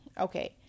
Okay